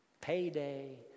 Payday